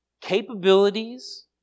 capabilities